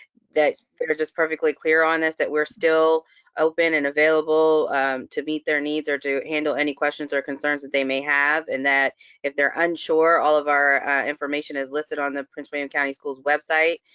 that they're just perfectly clear on this, that we're still open and available to meet their needs or to handle any questions or concerns that they may have, and that if they're unsure, all of our information is listed on the prince william county schools website.